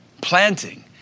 Planting